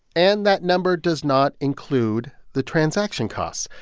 and that number does not include the transaction costs.